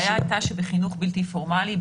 ההנחיה הייתה שבחינוך בלתי פורמלי,